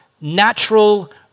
natural